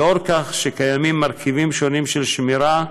לנוכח זה שקיימים מרכיבים שונים של שמירה,